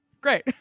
Great